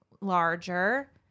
larger